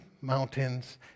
mountains